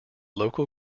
local